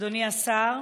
אדוני השר: